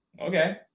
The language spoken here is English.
okay